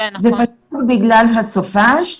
זה פשוט בגלל הסופ"ש,